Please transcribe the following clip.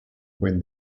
when